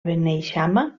beneixama